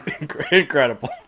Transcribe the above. Incredible